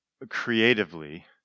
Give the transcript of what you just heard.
creatively